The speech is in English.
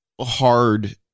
hard